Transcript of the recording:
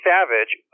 Savage